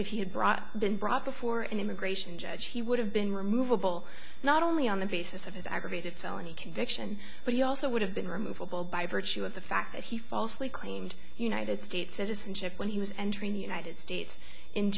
brought been brought before an immigration judge he would have been removable not only on the basis of his aggravated felony conviction but he also would have been removable by virtue of the fact that he falsely claimed united states citizenship when he was entering the united states in